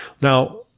Now